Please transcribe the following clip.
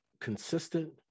consistent